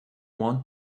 want